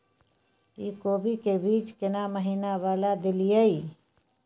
इ कोबी के बीज केना महीना वाला देलियैई?